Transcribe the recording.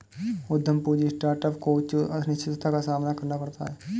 उद्यम पूंजी स्टार्टअप को उच्च अनिश्चितता का सामना करना पड़ता है